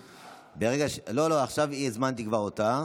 עכשיו כבר הזמנתי אותה.